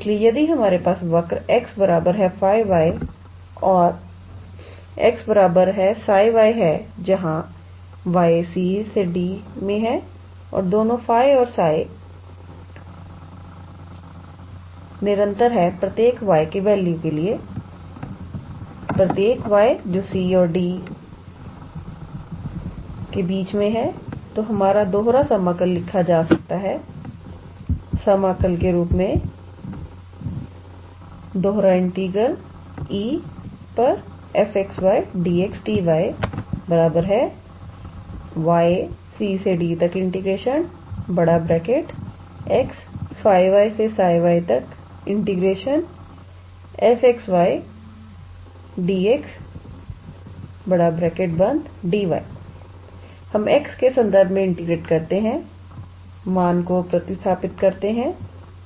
इसलिए यदि हमारे पास वक्र 𝑥 𝜑𝑦 and 𝑥 𝜓𝑦 है जहां 𝑐 ≤ 𝑦 ≤ 𝑑 है और दोनों 𝜑 और 𝜓 ∀𝑦 निरंतर ∀𝑦 ∈ 𝑐 𝑑 हैं तो हमारा दोहरा समाकल लिखा जा सकता है समाकल के रूप में E𝑓𝑥 𝑦𝑑𝑥𝑑𝑦 𝑦𝑐d𝑥𝜑𝑦𝜓𝑦 𝑓𝑥 𝑦𝑑𝑥𝑑𝑦 हम x के संदर्भ में इंटीग्रेट करते हैं मान को प्रतिस्थापित करते हैं